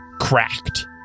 cracked